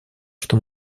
что